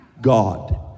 God